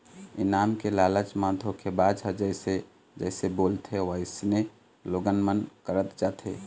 इनाम के लालच म धोखेबाज ह जइसे जइसे बोलथे वइसने लोगन मन करत जाथे